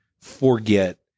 forget